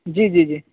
جی جی جی